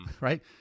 Right